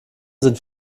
sind